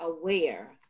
aware